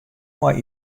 mei